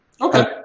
Okay